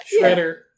Shredder